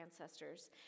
ancestors